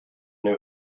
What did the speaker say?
new